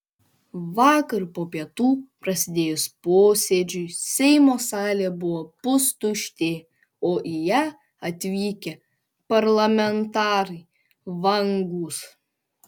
vakar po pietų prasidėjus posėdžiui seimo salė buvo pustuštė o į ją atvykę parlamentarai vangūs